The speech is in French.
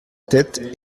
tête